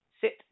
sit